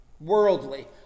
worldly